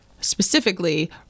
specifically